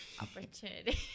opportunity